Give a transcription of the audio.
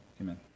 Amen